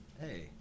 hey